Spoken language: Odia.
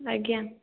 ଆଜ୍ଞା